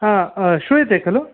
श्रूयते खलु